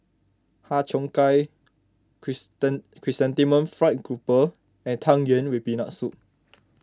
Har Cheong Gai Chrysanthemum Fried Grouper and Tang Yuen with Peanut Soup